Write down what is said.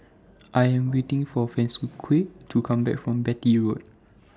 I Am waiting For Francisqui to Come Back from Beatty Road